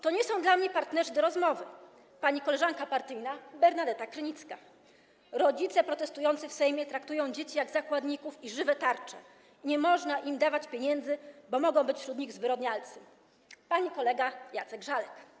to nie są dla mnie partnerzy do rozmowy - pani koleżanka partyjna Bernadeta Krynicka, rodzice protestujący w Sejmie traktują dzieci jak zakładników i żywe tarcze i nie można im dawać pieniędzy, bo mogą być wśród nich zwyrodnialcy - pani kolega Jacek Żalek.